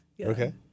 Okay